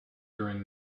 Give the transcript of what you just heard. during